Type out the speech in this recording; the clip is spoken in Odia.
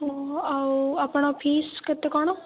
ହୁଁ ଆଉ ଆପଣ ଫିସ୍ କେତେ କ'ଣ